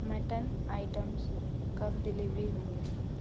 mutton items कब delivery होंगे